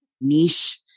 niche